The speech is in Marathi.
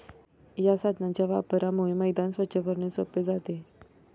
या साधनाच्या वापरामुळे मैदान स्वच्छ करणे सोपे जाते